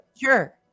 Sure